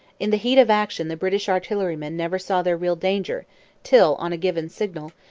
in the heat of action the british artillerymen never saw their real danger till, on a given signal,